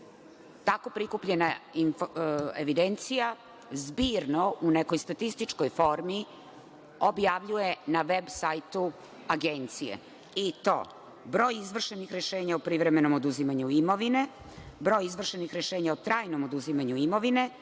tako prikupljena evidencija zbirno u nekoj statističkoj formi objavljuje na veb-sajtu agencije, i to: broj izvršenih rešenja o privremenom oduzimanju imovine, broj izvršenih rešenja o trajnom oduzimanju imovine,